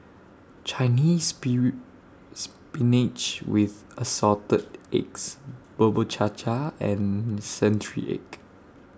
Chinese Spinach with Assorted Eggs Bubur Cha Cha and Century Egg